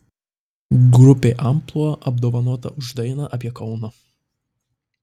grupė amplua apdovanota už dainą apie kauną